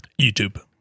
YouTube